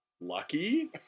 Lucky